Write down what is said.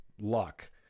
luck